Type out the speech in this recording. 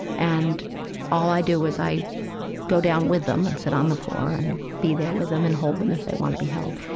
and all i do is i go down with them and sit on the floor and be there with them and hold them if they want to be held.